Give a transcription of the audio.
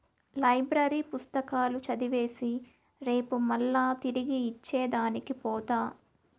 library పుస్తకాలు చదివేసి రేపు మల్లా తిరిగి ఇచ్చే దానికి పోత